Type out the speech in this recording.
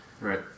Right